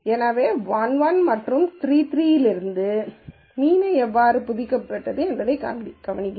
எனவே 1 1 மற்றும் 3 3 இலிருந்து மீன் எவ்வாறு புதுப்பிக்கப்பட்டது என்பதைக் கவனியுங்கள்